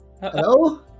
Hello